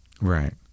right